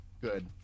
Good